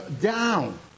down